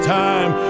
time